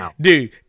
Dude